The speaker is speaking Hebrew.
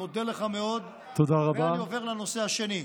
אני מודה לך מאוד, ואני עובר לנושא השני.